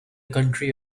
country